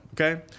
okay